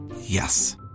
Yes